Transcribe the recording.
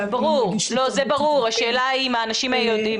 --- זה ברור, השאלה אם האנשים האלה יודעים.